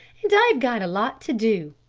and i've got a lot to do.